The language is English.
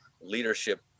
leadership